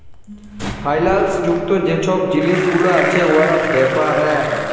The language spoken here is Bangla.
ফাইল্যাল্স যুক্ত যে ছব জিলিস গুলা আছে উয়ার ব্যাপারে